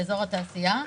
באזור התעשייה.